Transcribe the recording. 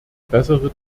bessere